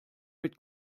mit